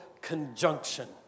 conjunction